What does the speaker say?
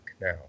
now